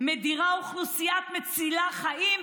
מדירה אוכלוסייה מצילה חיים,